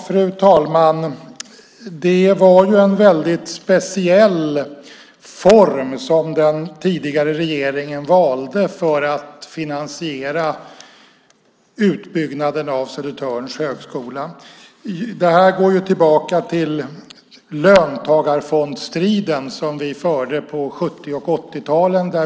Fru talman! Det var en mycket speciell form som den tidigare regeringen valde för att finansiera utbyggnaden av Södertörns högskola. Det går tillbaka till löntagarfondsstriden som vi förde på 70 och 80-talen.